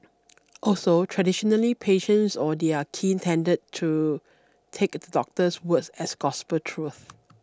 also traditionally patients or their kin tended to take the doctor's word as gospel truth